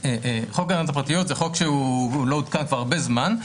חוק הגנת הפרטיות זה חוק שהוא לא הותקן כבר הרבה זמן,